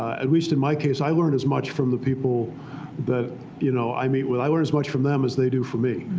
at least in my case, i learn as much from the people that you know i meet with. i learn as much from them as they do from me,